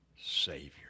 Savior